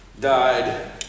died